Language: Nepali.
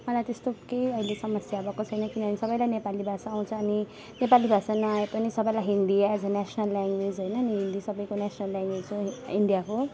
मलाई त्यस्तो केही अहिलेसम्म समस्या भएको छैन किनभने सबैलाई नेपाली भाषा आउँछ अनि नेपाली भाषा नआए पनि सबैलाई Hindi as a national language होइन हिन्दी सबैको नेसनल ल्याङग्वेज हो इन्डियाको